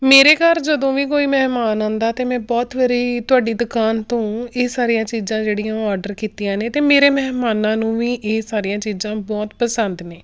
ਮੇਰੇ ਘਰ ਜਦੋਂ ਵੀ ਕੋਈ ਮਹਿਮਾਨ ਆਉਂਦਾ ਤਾਂ ਮੈਂ ਬਹੁਤ ਵਾਰੀ ਤੁਹਾਡੀ ਦੁਕਾਨ ਤੋਂ ਇਹ ਸਾਰੀਆਂ ਚੀਜ਼ਾਂ ਜਿਹੜੀਆਂ ਉਹ ਆਡਰ ਕੀਤੀਆਂ ਨੇ ਅਤੇ ਮੇਰੇ ਮਹਿਮਾਨਾਂ ਨੂੰ ਵੀ ਇਹ ਸਾਰੀਆਂ ਚੀਜ਼ਾਂ ਬਹੁਤ ਪਸੰਦ ਨੇ